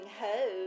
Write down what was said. hose